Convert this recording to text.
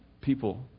people